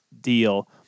deal